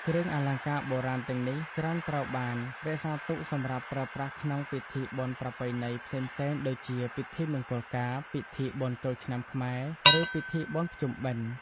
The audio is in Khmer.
គ្រឿងអលង្ការបុរាណទាំងនេះច្រើនត្រូវបានរក្សាទុកសម្រាប់ប្រើប្រាស់ក្នុង ពិធីបុណ្យប្រពៃណី ផ្សេងៗ ដូចជាពិធីមង្គលការ ពិធីបុណ្យចូលឆ្នាំខ្មែរ ឬពិធីបុណ្យភ្ជុំបិណ្ឌ។